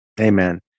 Amen